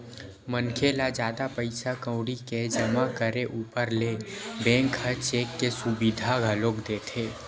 मनखे ल जादा पइसा कउड़ी के जमा करे ऊपर ले बेंक ह चेक के सुबिधा घलोक देथे